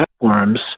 platforms